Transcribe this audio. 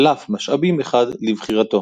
קלף משאבים אחד לבחירתו.